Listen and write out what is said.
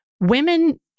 women